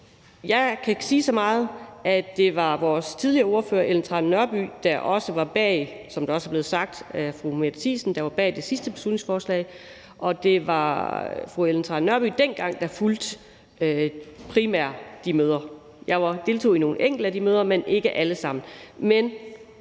Jeg kan sige så meget, at det var vores tidligere ordfører, Ellen Trane Nørby, der også, som det er blevet sagt af fru Mette Thiesen, stod bag det sidste beslutningsforslag, og det var fru Ellen Trane Nørby, der dengang primært fulgte de møder. Jeg deltog i nogle enkelte af de møder, men ikke alle sammen.